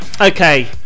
okay